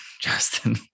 Justin